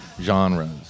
genres